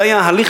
זה היה הליך,